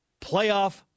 playoff